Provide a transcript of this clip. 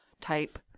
type